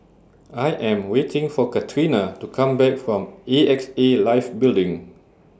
I Am waiting For Catrina to Come Back from A X A Life Building